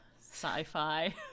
sci-fi